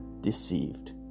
deceived